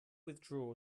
withdraw